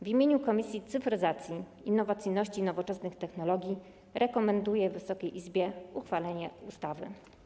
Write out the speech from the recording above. W imieniu Komisji Cyfryzacji, Innowacyjności i Nowoczesnych Technologii rekomenduję Wysokiej Izbie uchwalenie ustawy.